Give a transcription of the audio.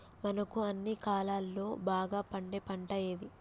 మనకు అన్ని కాలాల్లో బాగా పండే పంట ఏది?